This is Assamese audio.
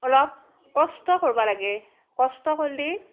অলপ কষ্ট কৰবা লাগে কষ্ট কৰলি